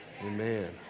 Amen